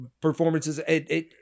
performances